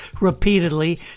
repeatedly